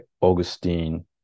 Augustine